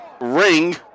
ring